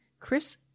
Chris